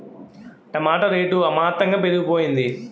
టమాట rate అమాంతంగా పెరిగిపోయింది